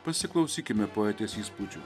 pasiklausykime poetės įspūdžių